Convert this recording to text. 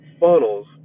funnels